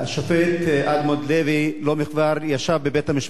לחשוב שהשופט אדמונד לוי ישב לא מכבר בבית-המשפט,